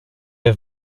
have